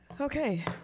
Okay